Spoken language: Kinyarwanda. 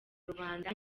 rubanda